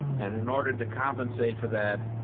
and in order to compensate for that,